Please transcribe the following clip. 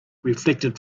reflected